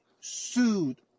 sued